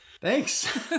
Thanks